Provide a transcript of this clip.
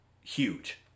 huge